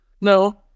no